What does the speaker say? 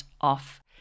off